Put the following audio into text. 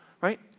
right